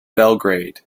belgrade